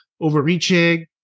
overreaching